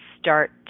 start